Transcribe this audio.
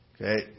okay